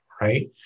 right